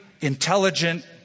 intelligent